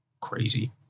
crazy